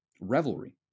revelry